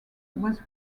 was